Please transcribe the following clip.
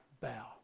bow